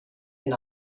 and